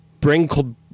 bring